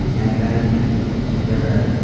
and then they're going to